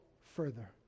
further